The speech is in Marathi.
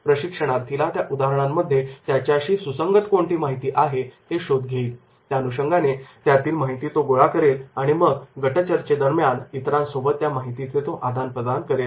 प्रशिक्षणार्थी त्या उदाहरणांमध्ये त्याच्याशी सुसंगत कोणती माहिती आहे हे शोध घेईल त्या अनुषंगाने त्यातील माहिती तो गोळा करेल आणि मग गट चर्चेदरम्यान इतरांसोबत त्या माहितीचे तो आदान प्रदान करेल